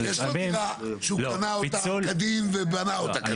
יש לו דירה שהוא קנה או כדין ובנה אותה כדין.